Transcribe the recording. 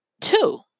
two